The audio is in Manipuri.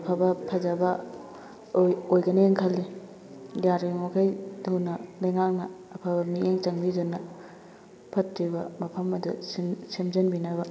ꯑꯐꯕ ꯐꯖꯕ ꯑꯣꯏꯒꯅꯤꯅ ꯈꯜꯂꯤ ꯌꯥꯔꯤꯕꯃꯈꯩ ꯊꯨꯅ ꯂꯩꯉꯥꯛꯅ ꯑꯐꯕ ꯃꯤꯠꯌꯦꯡ ꯆꯪꯕꯤꯗꯨꯅ ꯐꯠꯇ꯭ꯔꯤꯕ ꯃꯐꯝ ꯑꯗꯨ ꯁꯦꯝꯖꯟꯕꯤꯅꯕ